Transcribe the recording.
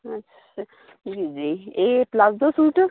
अच्छा जी जी एह् प्लाजो सूट